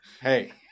hey